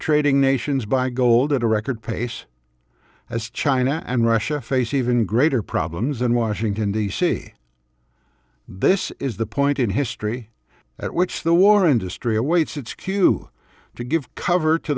trading nations buy gold at a record pace as china and russia face even greater problems in washington d c this is the point in history at which the war industry awaits its cue to give cover to